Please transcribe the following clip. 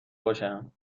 باشم